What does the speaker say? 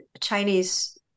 Chinese